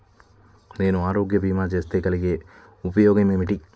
నేను ఆరోగ్య భీమా చేస్తే కలిగే ఉపయోగమేమిటీ?